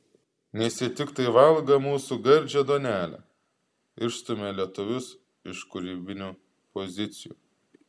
nes jie tiktai valgą mūsų gardžią duonelę išstumią lietuvius iš kūrybinių pozicijų